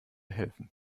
helfen